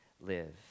live